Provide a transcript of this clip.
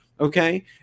okay